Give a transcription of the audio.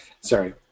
Sorry